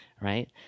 right